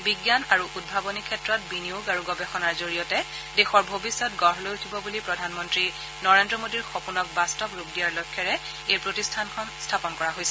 বিজ্ঞান আৰু উদ্ভাৱনী ক্ষেত্ৰত বিনিয়োগ আৰু গৱেষণাৰ জৰিয়তে দেশৰ ভৱিষ্যৎ গঢ় লৈ উঠিব বুলি প্ৰধানমন্ত্ৰী নৰেন্দ্ৰ মোডীৰ সপোনক বাস্তৱ ৰূপ দিয়াৰ লক্ষ্যৰে এই প্ৰতিষ্ঠানখন স্থাপন কৰা হৈছে